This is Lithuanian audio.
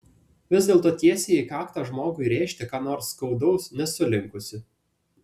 vis dėlto tiesiai į kaktą žmogui rėžti ką nors skaudaus nesu linkusi